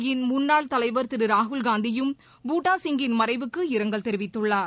காங்கிரஸ் கட்சியின் முன்னாள் தலைவர் திருராகுல்காந்தியும் பூட்டாசிங்கின் மறைவுக்கு இரங்கல் தெரிவித்துள்ளார்